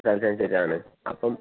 ശരിയാണ് അപ്പം